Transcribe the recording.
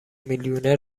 میلیونر